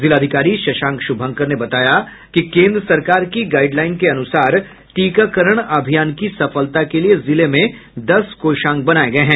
जिलाधिकारी शशांक शुभंकर ने बताया कि केन्द्र सरकार के गाईड लाईन के अनुसार टीकाकरण अभियान की सफलता के लिये जिले में दस कोषांग बनाये गये हैं